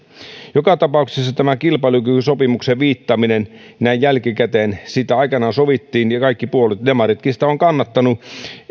joka tapauksessa kilpailukykysopimukseen viittaaminen näin jälkikäteen siitä aikanaan sovittiin ja kaikki puolueet demaritkin sitä ovat kannattaneet